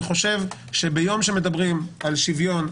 אני חושב שביום שמדברים על שוויון,